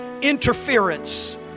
interference